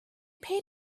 paid